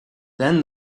then